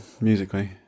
musically